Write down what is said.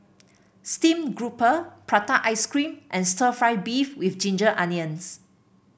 Steamed Grouper Prata Ice Cream and stir fry beef with Ginger Onions